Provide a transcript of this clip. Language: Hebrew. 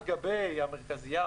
על גבי המרכזייה,